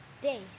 days